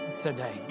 today